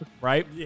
Right